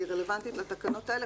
והיא רלוונטית לתקנות האלה,